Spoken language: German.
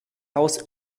haus